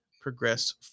progress